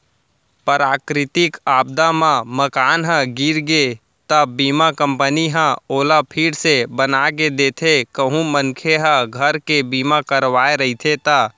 पराकरितिक आपदा म मकान ह गिर गे त बीमा कंपनी ह ओला फिर से बनाके देथे कहूं मनखे ह घर के बीमा करवाय रहिथे ता